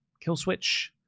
Killswitch